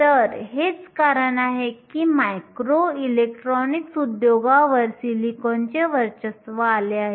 तर हेच कारण आहे की मायक्रो इलेक्ट्रॉनिक्स उद्योगावर सिलिकॉनचे वर्चस्व आले आहे